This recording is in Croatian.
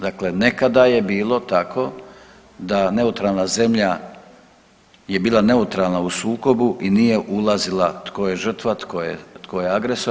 Dakle, nekada je bilo tako da neutralna zemlja je bila neutralna u sukobu i nije ulazila tko je žrtva, tko je agresor.